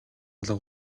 алга